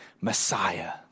Messiah